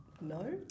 No